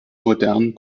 modernen